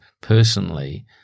personally